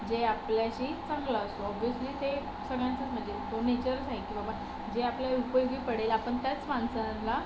जे आपल्याशी चांगला असतो ऑबवियसली ते सगळ्यांचंच म्हणजे तो नेचरच आहे की बाबा जे आपल्या उपयोगी पडेल आपण त्याच माणसाला